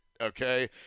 Okay